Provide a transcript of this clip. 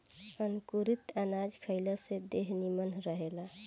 अंकुरित अनाज खइला से देह निमन रहेला